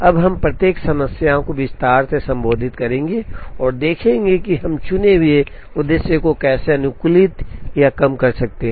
अब हम प्रत्येक समस्या को विस्तार से संबोधित करेंगे और देखेंगे कि हम चुने हुए उद्देश्य को कैसे अनुकूलित या कम कर सकते हैं